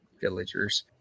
villagers